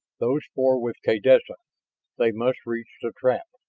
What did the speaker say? those four with kaydessa they must reach the trap!